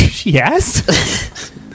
yes